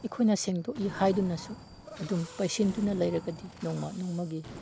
ꯏꯈꯨꯠꯅ ꯁꯦꯡꯗꯣꯛꯏ ꯍꯥꯏꯗꯨꯅꯁꯨ ꯑꯗꯨꯝ ꯄꯩꯁꯤꯟꯗꯨꯅ ꯂꯩꯔꯕꯗꯤ ꯅꯣꯡꯃ ꯅꯣꯡꯃꯒꯤ